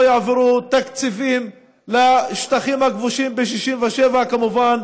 יעברו תקציבים לשטחים הכבושים ב-67' כמובן,